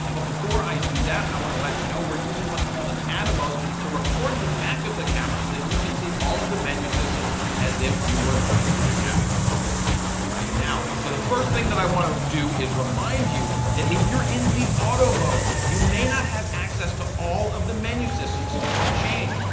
but before i do that, i want to let you know we're using what's called an atomos to record the back of the camera, so that you can see all of the menu systems as if you were going through the camera with me right now. so, the first thing that i want to do is remind you that if you're in the auto mode, you may not have access to all of the menu systems to make a change.